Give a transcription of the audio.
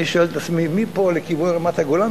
אני שואל את עצמי: מי פה לכיוון רמת-הגולן?